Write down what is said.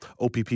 OPP